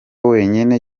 wenyine